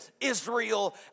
Israel